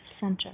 center